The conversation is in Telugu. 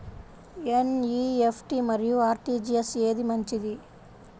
ఎన్.ఈ.ఎఫ్.టీ మరియు అర్.టీ.జీ.ఎస్ ఏది మంచిది?